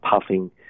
puffing